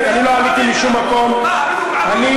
אני לא עליתי משום מקום, מה, הבדואים עלו?